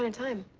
um and time.